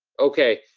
okay,